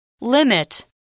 Limit